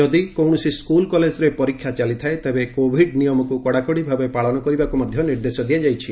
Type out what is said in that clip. ଯଦି କୌଣସି ସ୍କୁଲ କଲେଜରେ ପରୀକ୍ଷା ଚାଲିଥାଏ ତେବେ କୋଭିଡ୍ ନିୟମକୁ କଡାକଡିଭାବେ ପାଳନ କରିବାକୁ ନିର୍ଦ୍ଦେଶ ଦିଆଯାଇଛି